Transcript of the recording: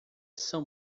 são